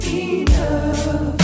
enough